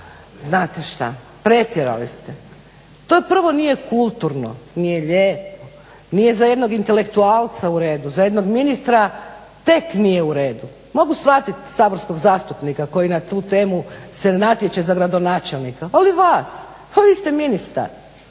znate šta, pretjerali ste. To prvo nije kulturno, nije lijepo, nije za jednog intelektualca uredu, za jednog ministra tek nije u redu, mogu shvatit saborskog zastupnika koji na tu temu se ne natječe za gradonačelnika, ali vas pa vi ste ministar.